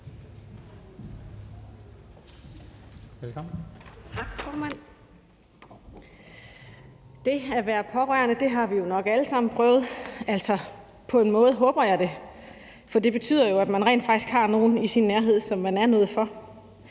(LA): Tak, formand. Det at være pårørende har vi jo nok alle sammen prøvet. Altså, på en måde håber jeg det, for det betyder jo, at man rent faktisk har nogen i sin nærhed, som man er noget for.